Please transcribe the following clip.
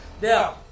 Now